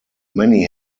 many